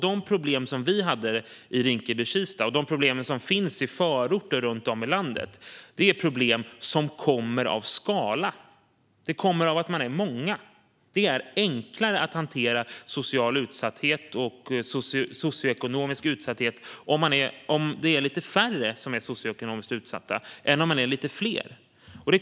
De problem som vi hade i Rinkeby-Kista och de problem som finns i förorter runt om i landet är problem som kommer av skala. De kommer av att man är många. Det är enklare att hantera social och socioekonomisk utsatthet om det är lite färre som är utsatta än om det är fler.